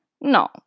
no